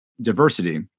diversity